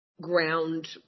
ground